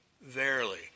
verily